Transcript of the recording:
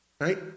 Right